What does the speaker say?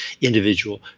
individual